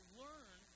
learn